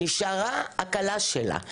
נשארה הכלה שלה.